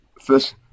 First